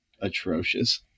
atrocious